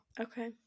Okay